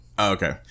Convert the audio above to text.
okay